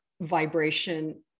vibration